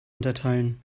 unterteilen